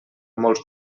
molts